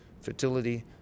fertility